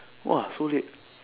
!wah! so late